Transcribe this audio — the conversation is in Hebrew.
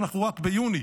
ואנחנו רק ביוני.